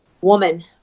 woman